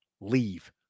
leave